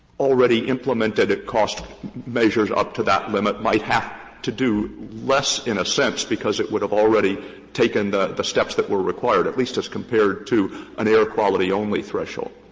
already implemented cost measures up to that limit might have to do less in a sense, because it would have already taken the the steps that were required, at least as compared to an air quality only threshold.